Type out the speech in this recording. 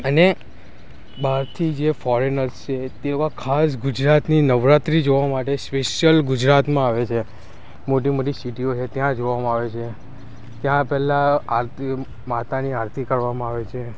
અને બહારથી જે ફોરેનર છે તેવા ખાસ ગુજરાતની નવરાત્રી જોવા માટે સ્પેશિયલ ગુજરાતમાં આવે છે મોટી મોટી સીટીઓ છે ત્યાં જોવામાં આવે છે ત્યાં પહેલા આરતીઓ માતાજીની આરતી કરવામાં આવે છે